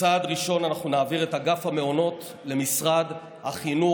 וכצעד ראשון אנחנו נעביר את אגף המעונות למשרד החינוך.